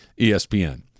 ESPN